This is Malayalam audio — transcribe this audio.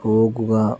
പോകുക